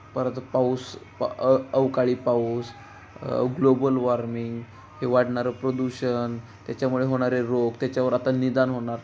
परत पाऊस पा अवकाळी पाऊस ग्लोबल वॉर्मिंग हे वाढणारं प्रदूषण त्याच्यामुळे होणारे रोग त्याच्यावर आता निदान होणार